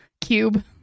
Cube